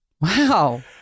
wow